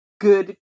good